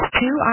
two